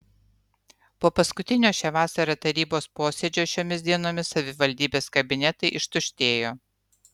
po paskutinio šią vasarą tarybos posėdžio šiomis dienomis savivaldybės kabinetai ištuštėjo